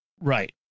Right